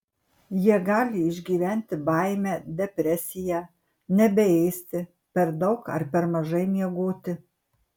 jie gali išgyventi baimę depresiją nebeėsti per daug ar per mažai miegoti